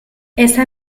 esa